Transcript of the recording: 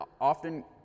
often